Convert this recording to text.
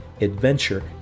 adventure